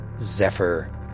Zephyr